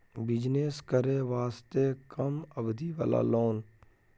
Business करे वास्ते कम अवधि वाला लोन?